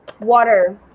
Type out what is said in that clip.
water